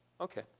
okay